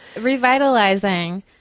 revitalizing